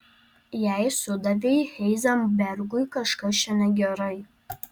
jei sudavei heizenbergui kažkas čia negerai